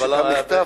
יש לי המכתב פה.